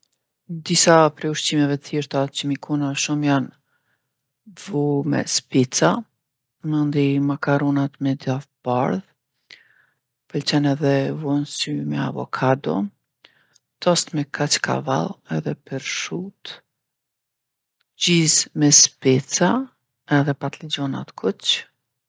Disa prej ushqimeve t'thjeshta që mi kona shumë janë vo me speca, mandej makaronat me djath t'bardhë, m'pëlqen edhe vo n'sy me avokado, tost me kaçkavall edhe pershutë, gjizë me speca edhe patligjona t'kuq.